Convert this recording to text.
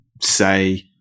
say